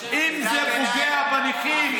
אחיזת עיניים.